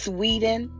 Sweden